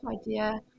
idea